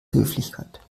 höflichkeit